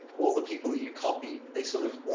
all the people that you copy, they sort of,